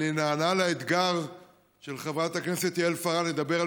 אני נענה לאתגר של חברת הכנסת יעל פארן לדבר על